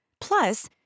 Plus